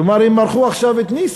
כלומר, הם מרחו עכשיו את ניסן.